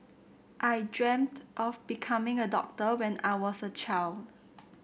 I dreamt of becoming a doctor when I was a child